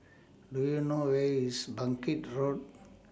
Do YOU know Where IS Bangkit Road